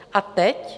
A teď?